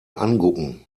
angucken